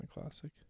classic